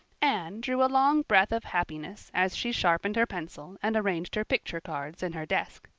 anne drew a long breath of happiness as she sharpened her pencil and arranged her picture cards in her desk.